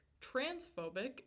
transphobic